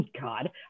God